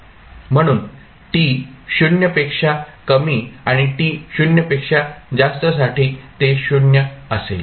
म्हणून t 0 पेक्षा कमी आणि t 0 पेक्षा जास्त साठी ते 0 असेल